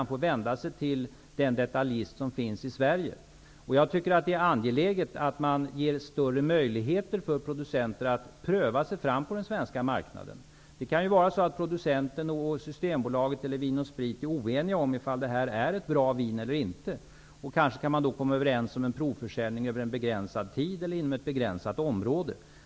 Han får vända sig till en detaljist som finns i Sverige. Jag tycker att det är angeläget att man ger större möjligheter för producenter att pröva sig fram på den svenska marknaden. Det kan vara så att producenten, Systembolaget eller Vin & Sprit är oeniga om huruvida det är fråga om ett bra vin eller inte. Kanske kan man då komma överens om en provförsäljning inom begränsad tid eller inom ett begränsat område.